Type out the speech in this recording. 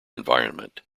environment